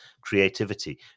creativity